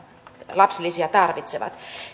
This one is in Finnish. lapsilisiä tarvitsevat